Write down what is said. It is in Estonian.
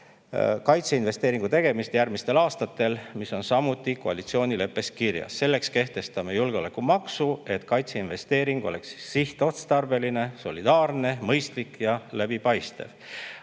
kaitseinvesteeringu tegemist järgmistel aastatel, mis on samuti koalitsioonileppes kirjas. Selleks kehtestame julgeolekumaksu, et kaitseinvesteering oleks sihtotstarbeline, solidaarne, mõistlik ja läbipaistev.